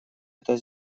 это